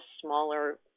smaller